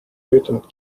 töötanud